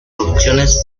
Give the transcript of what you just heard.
producciones